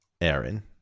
Aaron